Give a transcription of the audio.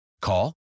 Call